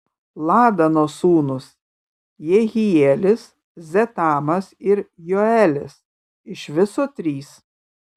ladano sūnūs jehielis zetamas ir joelis iš viso trys